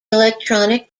electronic